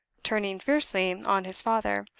turning fiercely on his father.